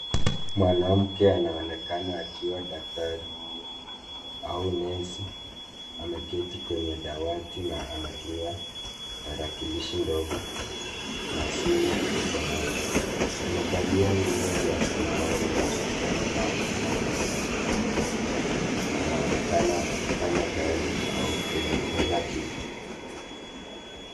Mwanamke anaonekana akiwa daktari au nesi ameketi kwenye dawati na anatumia tarakilishi ndogo na simu mkononi. Amevalia nguo za samawati za hospitali na anaonekana akifanya kazi au kujifunza kitu.